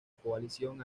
coalición